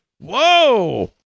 Whoa